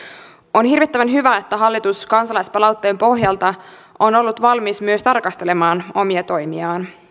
on hirvittävän hyvä että hallitus kansalaispalautteen pohjalta on ollut valmis myös tarkastelemaan omia toimiaan